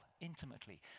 intimately